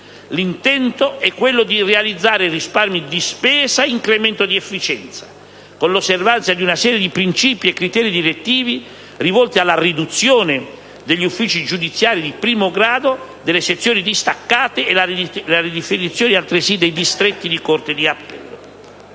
l'intento è quello di realizzare risparmi di spesa e un incremento di efficienza, con l'osservanza di una serie di principi e criteri direttivi volti alla riduzione degli uffici giudiziari di primo grado, delle sezioni distaccate e alla ridefinizione altresì dei distretti di corte d'appello.